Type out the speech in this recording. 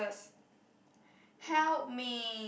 first help me